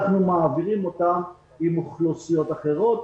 אנחנו מעבירים אותם עם אוכלוסיות אחרות,